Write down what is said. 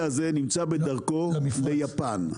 נמצא בדרכו ליפן.